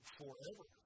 forever